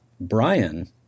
Brian